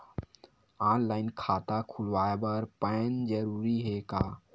Online खाता खुलवाय बर पैन जरूरी हे का?